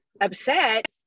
upset